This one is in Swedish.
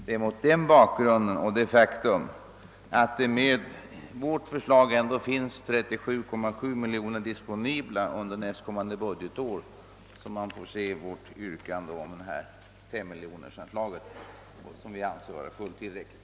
Det är mot den bakgrunden och med utgångspunkt i det faktum, att det med vårt förslag ändå finns 37,7 miljoner disponibla under nästa budgetår, som man får betrakta vårt yrkande om detta anslag på 5 miljoner, vilket vi anser vara fullt tillräckligt.